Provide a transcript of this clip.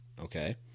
okay